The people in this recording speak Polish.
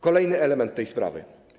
Kolejny element tej sprawy.